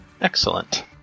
Excellent